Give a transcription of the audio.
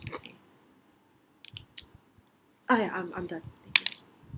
ah ya I'm I'm done